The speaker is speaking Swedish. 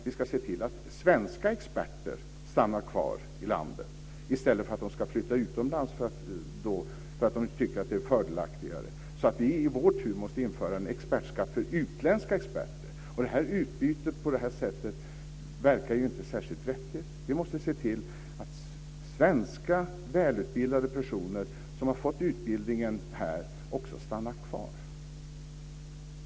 Vi ska se till att svenska experter stannar kvar i landet i stället för att flytta utomlands för att de tycker att det är fördelaktigare, vilket leder till att vi i vår tur måste införa en expertskatt för utländska experter. Det utbyte som sker på det här sättet verkar ju inte särskilt vettigt. Vi måste se till att svenska välutbildade personer som har fått utbildningen här också stannar kvar.